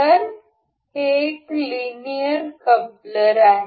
तर हे एक लिनियर कपलर आहे